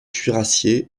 cuirassiers